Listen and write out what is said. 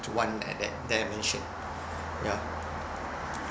one like that that I mentioned yeah